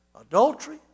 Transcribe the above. Adultery